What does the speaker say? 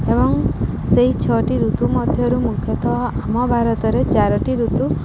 ଏବଂ ସେହି ଛଅଟି ଋତୁ ମଧ୍ୟରୁ ମୁଖ୍ୟତଃ ଆମ ଭାରତରେ ଚାରୋଟି ଋତୁ